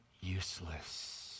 useless